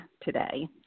today